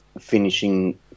finishing